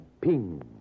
Ping